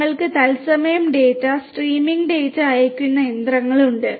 ഞങ്ങൾക്ക് തത്സമയം data streaming data അയയ്ക്കുന്ന യന്ത്രങ്ങളുണ്ട്